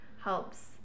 helps